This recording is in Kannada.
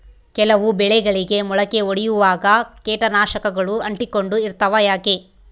ಕೆಲವು ಬೆಳೆಗಳಿಗೆ ಮೊಳಕೆ ಒಡಿಯುವಾಗ ಕೇಟನಾಶಕಗಳು ಅಂಟಿಕೊಂಡು ಇರ್ತವ ಯಾಕೆ?